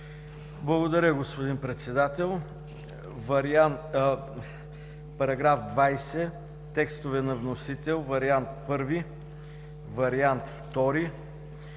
Благодаря, господин Председател. Параграф 20. Текстове на вносител – Вариант I, Вариант II.